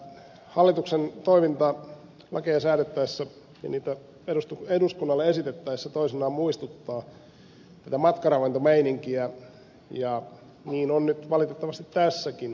tämä hallituksen toiminta lakeja säädettäessä ja niitä eduskunnalle esitettäessä toisinaan muistuttaa tätä matkaravintomeininkiä ja niin on nyt valitettavasti tässäkin